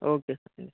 okay